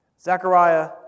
Zechariah